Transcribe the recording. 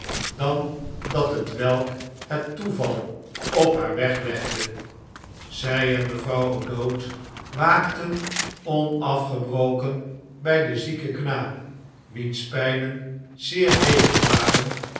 dan dat hetwelk het toeval op haar weg legde zij en mevrouw o'dowd waakten onafgebroken bij den zieken knaap wiens pijnen zeer hevig waren